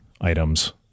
items